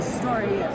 story